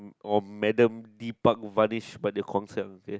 or Madam Dipawanesh but the Guang-Xiang okay